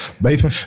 baby